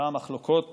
שבה המחלוקות